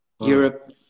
Europe